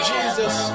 Jesus